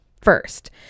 first